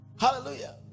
Hallelujah